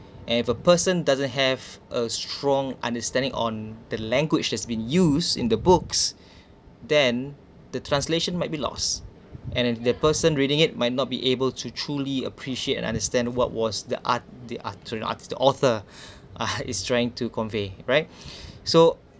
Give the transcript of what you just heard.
and if a person doesn't have a strong understanding on the language that's been used in the books then the translation might be lost and then the person reading it might not be able to truly appreciate and understand what was the art the the author uh is trying to convey right so